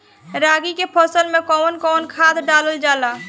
रागी के फसल मे कउन कउन खाद डालल जाला?